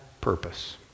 purpose